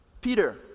Peter